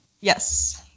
Yes